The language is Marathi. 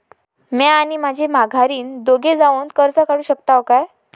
म्या आणि माझी माघारीन दोघे जावून कर्ज काढू शकताव काय?